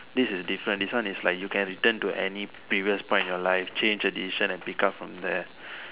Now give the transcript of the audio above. this is different this one is like you can return to any period point of your life change a decision and pick up from there